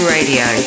Radio